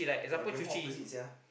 my grandma opposite sia